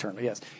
yes